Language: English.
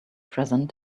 present